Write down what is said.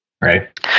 Right